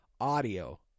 audio